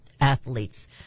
athletes